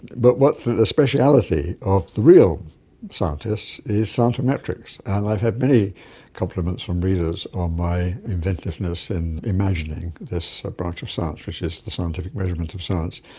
but the speciality of the real scientist is scientometrics, and i've had many compliments from readers on my inventiveness in imagining this branch of science, which is the scientific measurement of science,